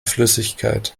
flüssigkeit